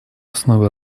основой